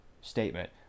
statement